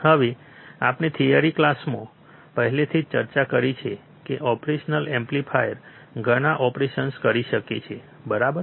હવે આપણે થિયરી ક્લાસમાં પહેલેથી જ ચર્ચા કરી છે કે ઓપરેશનલ એમ્પ્લીફાયર્સ ઘણા ઓપરેશન્સ કરી શકે છે બરાબર